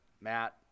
Matt